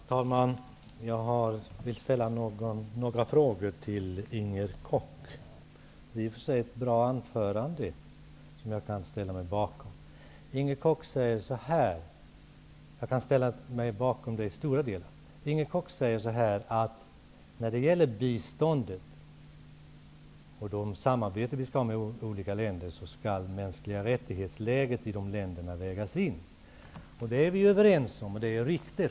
Herr talman! Jag vill ställa några frågor till Inger Koch. Hon höll i och för sig ett bra anförande, som jag i stora delar kan ställa mig bakom. Inger Koch säger att läget när det gäller mänskliga rättigheter skall vägas in i bistånd till och samarbete med olika länder. Det är vi överens om, och det är riktigt.